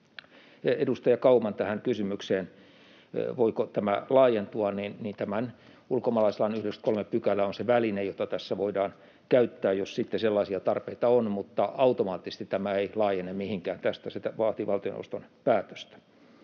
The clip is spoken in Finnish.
Edustaja Kauman kysymykseen, voiko tämä laajentua: Ulkomaalaislain 93 § on se väline, jota tässä voidaan käyttää, jos sitten sellaisia tarpeita on, mutta automaattisesti tämä ei laajene mihinkään tästä. Se vaatii valtioneuvoston päätöstä.